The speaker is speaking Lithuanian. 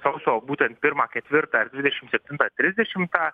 sausio būtent pirmą ketvirtą ir dvidešim septintą trisdešimtą